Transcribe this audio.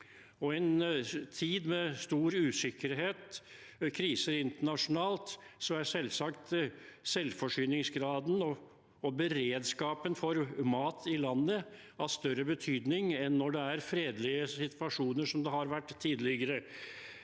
I en tid med stor usikkerhet og kriser internasjonalt er selvsagt selvforsyningsgraden og beredskapen for mat i landet av større betydning enn når det er fredelige situasjoner, som det har vært tidligere.